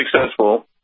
successful